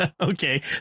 Okay